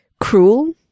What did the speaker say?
cruel